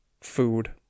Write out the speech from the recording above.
food